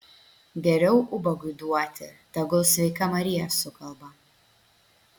geriau ubagui duoti tegul sveika marija sukalba